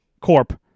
Corp